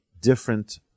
different